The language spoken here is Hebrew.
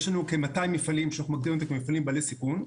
יש לנו כ-200 מפעלים שאנחנו מגדירים אותם כמפעלים בעלי סיכון.